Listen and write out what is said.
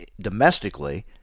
domestically